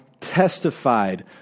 testified